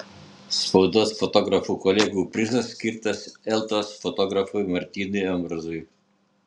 spaudos fotografų kolegų prizas skirtas eltos fotografui martynui ambrazui